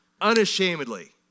unashamedly